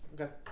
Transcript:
Okay